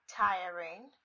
tiring